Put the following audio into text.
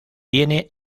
tiene